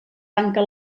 tanca